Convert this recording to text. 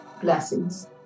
Blessings